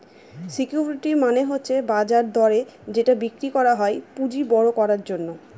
security মানে হচ্ছে বাজার দরে যেটা বিক্রি করা যায় পুঁজি বড়ো করার জন্য